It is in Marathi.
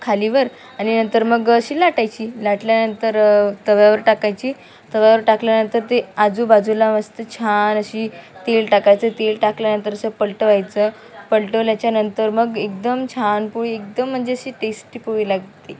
खाली वर आणि नंतर मग अशी लाटायची लाटल्यानंतर तव्यावर टाकायची तव्यावर टाकल्यानंतर ते आजूबाजूला मस्त छान अशी तेल टाकायचं तेल टाकल्यानंतर असं पलटवायचं पलटवल्याच्या नंतर मग एकदम छान पोळी एकदम म्हणजे अशी टेस्टी पोळी लागते